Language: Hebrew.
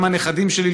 וגם הנכדים שלי,